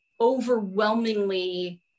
overwhelmingly